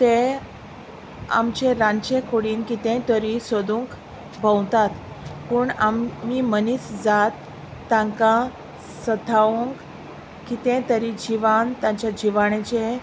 ते आमचे रांदचे कुडींत कितेंय तरी सोदूंक भोंवतात पूण आमी मनीस जात तांकां सतावंक कितें तरी जिवान तांच्या जिवाणेचें